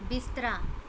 ਬਿਸਤਰਾ